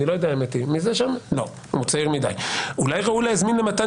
אני לא יודע אולי ראוי להזמין למתן